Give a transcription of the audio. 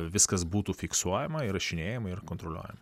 viskas būtų fiksuojama įrašinėjama ir kontroliuojama